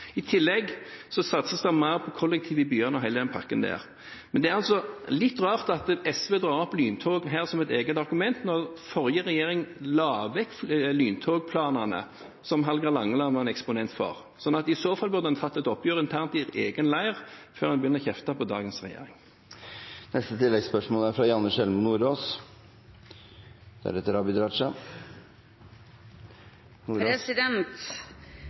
I tillegg satses det mer på kollektivt i byene og hele den pakken der. Men det er litt rart at SV drar opp lyntog her som et eget argument når forrige regjering la vekk lyntogplanene som Hallgeir Langeland var en eksponent for. I så fall burde en tatt et oppgjør internt i egen leir før en begynner å kjefte på dagens regjering. Janne Sjelmo Nordås – til oppfølgingsspørsmål. Jeg er